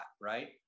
right